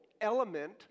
element